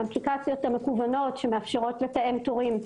המקוונות שמאפשרות לתאם תורים,